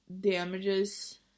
damages